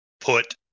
put